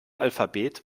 alphabet